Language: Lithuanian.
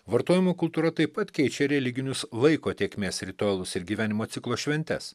vartojimo kultūra taip pat keičia religinius laiko tėkmės ritualus ir gyvenimo ciklo šventes